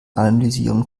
analysieren